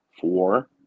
four